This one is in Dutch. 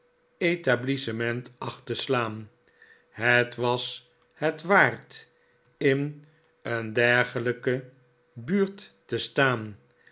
establishment acht te slaan het was het waard in een dergelijke buurt te staan